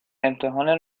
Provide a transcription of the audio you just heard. امتحان